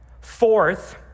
Fourth